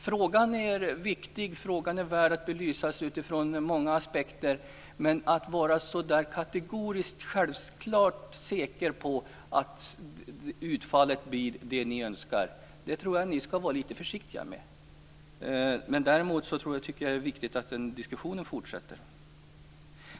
Frågan är viktig och värd att belysa utifrån många aspekter. Men att ni är så kategoriska och så självklart säkra på att utfallet blir det ni önskar tror jag att ni skall vara litet försiktiga med. Däremot tycker jag att det är viktigt att diskussionen fortsätter.